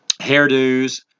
hairdos